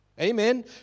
Amen